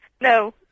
no